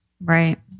right